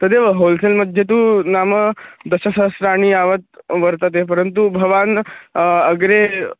तदेव होल्सेल्मध्ये तु नाम दशसहस्राणि यावत् वर्तते परन्तु भवान् अग्रे